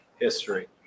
history